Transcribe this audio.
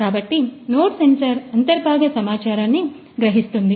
కాబట్టి node sensor అంతర్భాగ సమాచారాన్ని గ్రహిస్తుంది